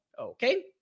okay